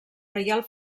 reial